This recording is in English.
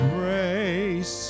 Grace